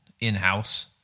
in-house